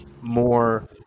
more